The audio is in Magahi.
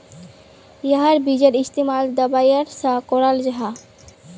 याहार बिजेर इस्तेमाल दवाईर सा कराल जाहा